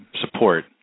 support